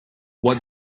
what